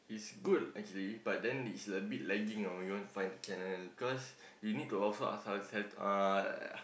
is good actually but then it's a bit lagging ah when you wanna find the channel cause you need to also has has uh